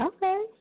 Okay